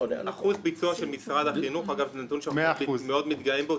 אחוז הביצוע של משרד החינוך זה נתון שאנחנו מאוד מתגאים בו